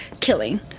killing